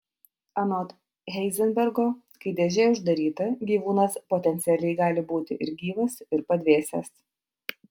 anot heizenbergo kai dėžė uždaryta gyvūnas potencialiai gali būti ir gyvas ir padvėsęs